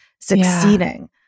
succeeding